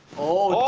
oh